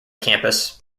campus